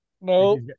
No